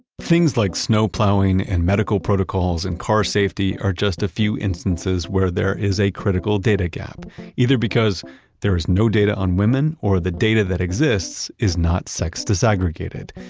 things like snow plowing, and medical protocols, and car safety are just a few instances where there is a critical data gap either because there is no data on women or the data that exists is not sex desegregated.